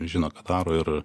žino ką daro ir